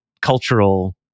cultural